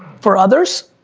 for others?